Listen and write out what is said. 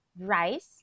rice